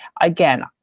again